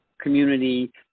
community